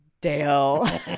Dale